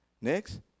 Next